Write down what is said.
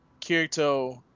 Kirito